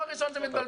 לא